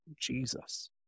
Jesus